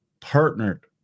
partnered